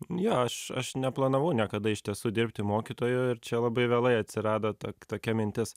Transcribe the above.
jo aš aš neplanavau niekada iš tiesų dirbti mokytoju ir čia labai vėlai atsirado ta tokia mintis